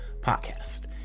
podcast